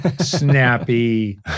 snappy